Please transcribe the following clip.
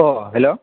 hello